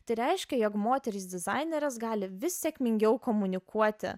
tai reiškia jog moterys dizainerės gali vis sėkmingiau komunikuoti